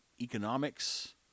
economics